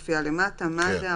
היא מופיעה למטה: מד"א,